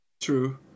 True